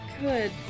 good